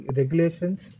regulations